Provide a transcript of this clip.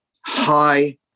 high